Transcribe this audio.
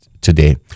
today